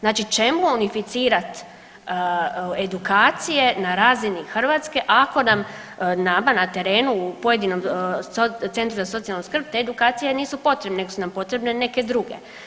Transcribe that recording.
Znači čemu unificirat edukacije na razini Hrvatske ako nam, nama na terenu u pojedinom centru za socijalnu skrb te edukacije nisu potrebne nego su nam potrebne neke druge.